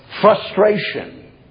frustration